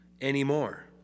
anymore